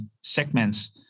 segments